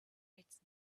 its